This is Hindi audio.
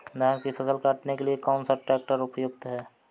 धान की फसल काटने के लिए कौन सा ट्रैक्टर उपयुक्त है?